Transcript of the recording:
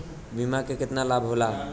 बीमा के केतना लाभ होला?